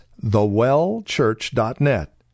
thewellchurch.net